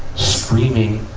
screaming